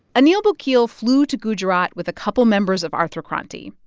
anil bokil flew to gujarat with a couple members of arthakranti.